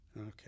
Okay